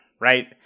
right